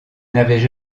n’avaient